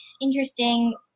interesting